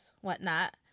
whatnot